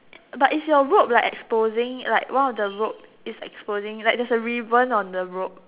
but is your rope like exposing like one of the rope is exposing like there is a ribbon on the rope